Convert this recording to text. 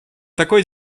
такой